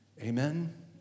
Amen